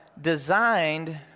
designed